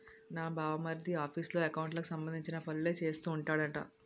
నా బావమరిది ఆఫీసులో ఎకౌంట్లకు సంబంధించిన పనులే చేస్తూ ఉంటాడట